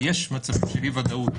יש מצבים של אי-ודאות,